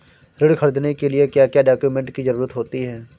ऋण ख़रीदने के लिए क्या क्या डॉक्यूमेंट की ज़रुरत होती है?